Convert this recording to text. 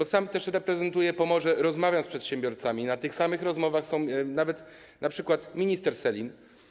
Ja sam reprezentuję Pomorze, rozmawiam z przedsiębiorcami, na tych samych rozmowach był nawet np. minister Sellin.